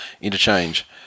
Interchange